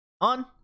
On